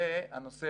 הנושא